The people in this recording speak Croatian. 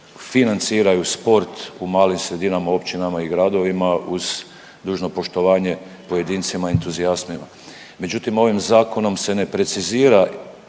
financiraju sport u malim sredinama općinama i gradovima, uz dužno poštovanje pojedincima entuzijazmima. Međutim ovim zakonom se ne precizira,